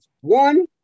One